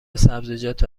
سبزیجات